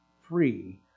free